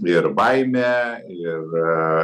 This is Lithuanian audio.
ir baimė ir